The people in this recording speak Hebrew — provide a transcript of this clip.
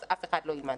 אז אף אחד לא ילמד?